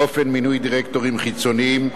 אופן מינוי דירקטורים חיצוניים,